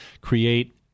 create